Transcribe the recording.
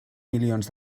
milions